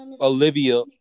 Olivia